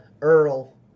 Earl